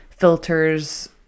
filters